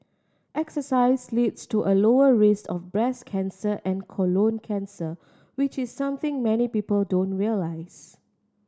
exercise leads to a lower risk of breast cancer and colon cancer which is something many people don't realise